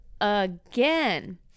again